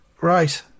Right